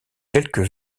quelques